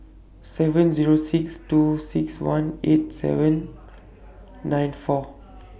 seven Zero six two six one eight seven nine four